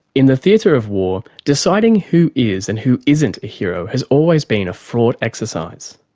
in the theatre of war, deciding who is and who isn't a hero has always been a fraught exercise.